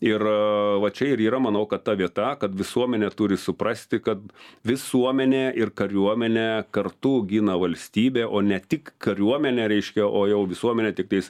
ir va čia ir yra manau kad ta vieta kad visuomenė turi suprasti kad visuomenė ir kariuomenė kartu gina valstybę o ne tik kariuomenė reiškia o jau visuomenė tiktais